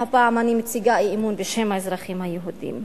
הפעם אני מציגה אי-אמון בשם האזרחים היהודים.